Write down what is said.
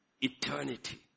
eternity